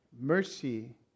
mercy